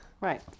Right